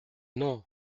non